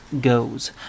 goes